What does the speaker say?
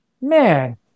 man